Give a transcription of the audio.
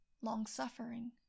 long-suffering